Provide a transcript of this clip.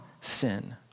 sin